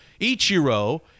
Ichiro